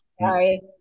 sorry